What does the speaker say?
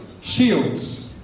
Shields